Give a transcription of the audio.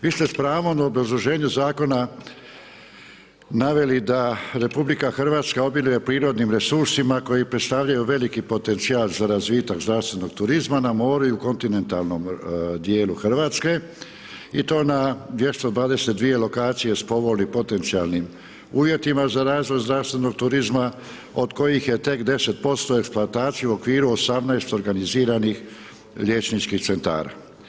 Vi ste s pravom u obrazloženju zakonu naveli da RH obiluje prirodni resursima koji predstavljaju veliki potencijal za razvitak zdravstvenog turizma na moru i u kontinentalnom djelu Hrvatske i to na 220 lokacije s povoljnim, potencijalnim uvjetima za razvoj zdravstvenog turizma od kojih je tek 10% eksploatacije u okviru 18 organiziranih liječničkih centara.